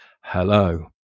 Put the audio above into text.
Hello